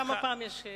גם הפעם יש,